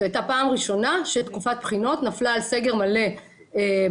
זו הייתה פעם ראשונה שתקופת בחינות נפלה על סגר מלא באוניברסיטאות.